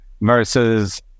versus